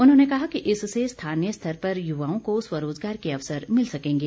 उन्होंने कहा कि इससे स्थानीय स्तर पर युवाओं को स्वरोजगार के अवसर मिल सकेंगे